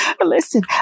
listen